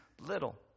little